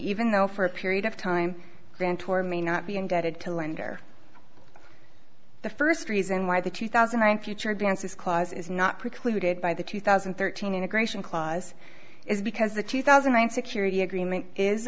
even though for a period of time than torre may not be indebted to lender the first reason why the two thousand and future advances clause is not precluded by the two thousand and thirteen integration clause is because the two thousand and security agreement is